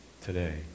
today